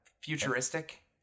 futuristic